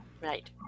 right